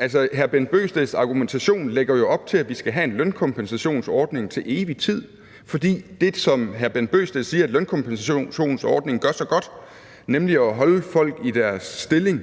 Altså, hr. Bent Bøgsteds argumentation lægger jo op til, at vi skal have en lønkompensationsordning til evig tid, for det, som hr. Bent Bøgsted siger at lønkompensationsordningen gør så godt, nemlig at holde folk i deres stilling,